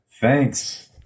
Thanks